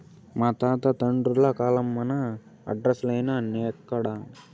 మా తాత తండ్రుల కాలంల మన ఆర్డర్లులున్నై, నేడెక్కడ